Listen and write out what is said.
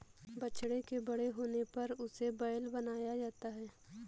बछड़े के बड़े होने पर उसे बैल बनाया जाता है